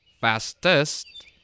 fastest